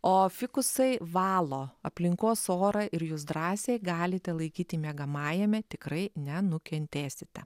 o fikusai valo aplinkos orą ir jūs drąsiai galite laikyti miegamajame tikrai nenukentėsite